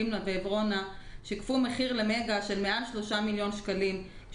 תמנע ועברונה שיקפו מחיר למגה של מעל שלושה מיליון שקלים,